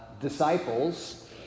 disciples